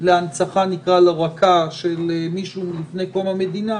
להנצחה של מישהו מלפני קום המדינה,